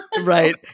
Right